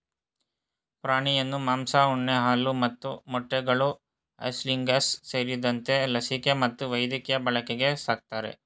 ಪ್ರಾಣಿಯನ್ನು ಮಾಂಸ ಉಣ್ಣೆ ಹಾಲು ಮತ್ತು ಮೊಟ್ಟೆಗಳು ಐಸಿಂಗ್ಲಾಸ್ ಸೇರಿದಂತೆ ಲಸಿಕೆ ಮತ್ತು ವೈದ್ಯಕೀಯ ಬಳಕೆಗೆ ಸಾಕ್ತರೆ